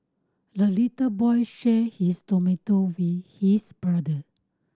the little boy shared his tomato with his brother